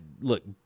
Look